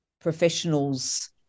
professionals